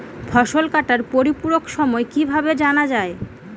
ফসল কাটার পরিপূরক সময় কিভাবে জানা যায়?